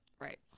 Right